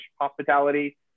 Hospitality